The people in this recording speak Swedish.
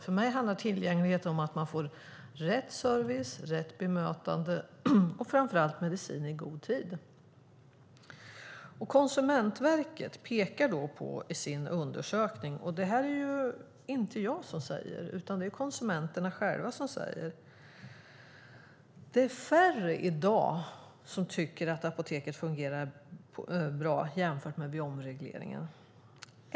För mig handlar tillgänglighet om att man får rätt service, rätt bemötande och framför allt medicin i god tid. Konsumentverket pekar i sin undersökning på - det är alltså inte jag som säger det utan konsumenterna själva som säger det - att det i dag är färre som tycker att apoteket fungerar bra jämfört med vid omregleringen.